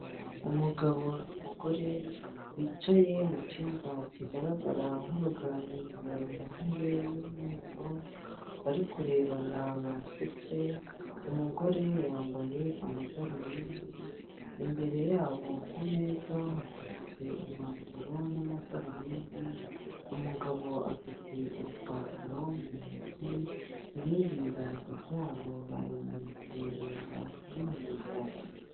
Umugabo n'umugore bicaye mu cyumba kigaragara nk'uruganiriro mu ntebe y'umweru bari kurebana basetse, umugore yambaye amadarubindi, imbere yabo kumeza hateretse impapuro n'amadarubindi, umugabo afite urupapuro mu ntoki ibindi biganza byabo babimanitse benda kubihuza.